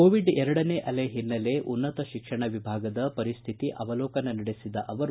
Covid ಎರಡನೇ ಅಲೆ ಹಿನ್ನೆಲೆ ಸದ್ದಕ್ಕೆ ಉನ್ನತ ಶಿಕ್ಷಣ ವಿಭಾಗದ ಪರಿಸ್ತಿತಿಯನ್ನು ಅವಲೋಕನ ನಡೆಸಿದ ಅವರು